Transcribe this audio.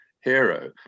hero